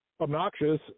obnoxious